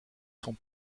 sont